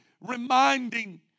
reminding